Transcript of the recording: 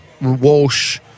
Walsh